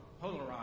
polarized